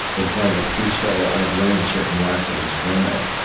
with kind of a peaceful i've learned certain lessons from it.